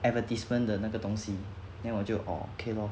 advertisement 的那个东西 then 我就 oh okay lor